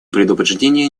предупреждение